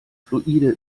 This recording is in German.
fluide